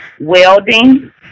welding